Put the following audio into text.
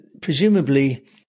presumably